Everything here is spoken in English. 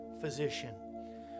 physician